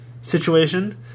situation